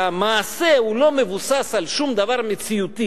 כשהמעשה לא מבוסס על שום דבר מציאותי